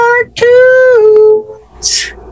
cartoons